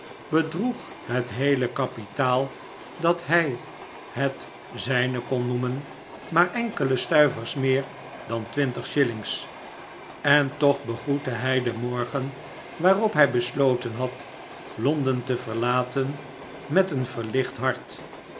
bedroeg het heele kapitaal dat hij het zijne kon noemen maar enkele stuivers meer dan twintig shillings en toch begroette hij den morgen waarop hij besloten had londen te verlaten met een verlicht hart